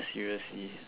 seriously